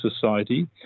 society—